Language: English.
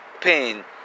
pain